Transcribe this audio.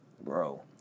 bro